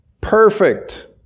Perfect